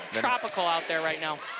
tropical out there right now.